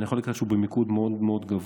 אני יכול להגיד לך שהוא במיקוד מאוד מאוד גבוה,